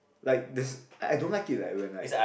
like this I don't like it when like